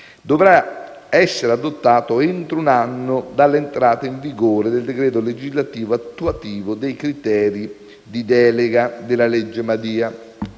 dovrà essere adottato entro un anno dalla data di entrata in vigore del decreto legislativo attuativo dei criteri di delega della cosiddetta